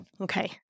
Okay